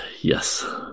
Yes